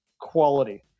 quality